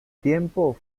tiempo